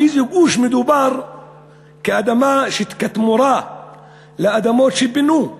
באיזה גוש מדובר כתמורה לאדמות שפינו.